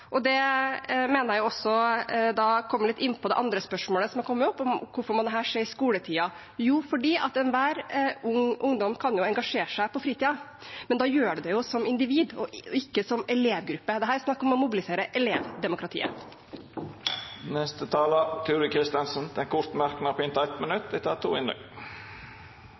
mener jeg også kommer litt inn på det andre spørsmålet som har kommet opp, om hvorfor dette må skje i skoletiden. Jo, fordi enhver ungdom kan engasjere seg på fritiden, men da gjør man det som individ og ikke som elevgruppe. Dette er snakk om å mobilisere elevdemokratiet. Representanten Turid Kristensen har hatt ordet to gonger tidlegare og får ordet til ein kort merknad, avgrensa til 1 minutt. Poenget med å vise fram utfordringene med avgrensningene er